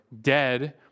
dead